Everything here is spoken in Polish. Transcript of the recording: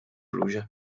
bluzie